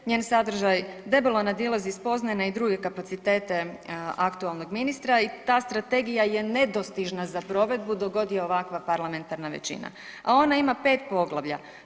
Njen sadržaj debelo nadilazi spoznajne i druge kapacitete aktualnog ministra i ta strategija je nedostižna za provedbu dok je god ovakva parlamentarna većina, a ona ima pet poglavlja.